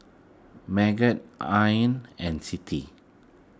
Megat Ain and Siti